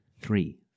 three